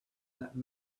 that